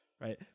right